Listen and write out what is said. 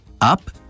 Up